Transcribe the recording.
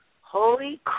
holy